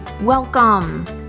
Welcome